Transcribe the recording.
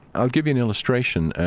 i'll give you an illustration.